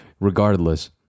Regardless